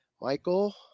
Michael